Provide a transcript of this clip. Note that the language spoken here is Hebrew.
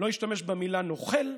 לא השתמש במילה "נוכל",